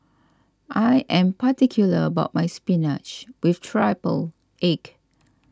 I am particular about my Spinach with Triple Egg